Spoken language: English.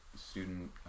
student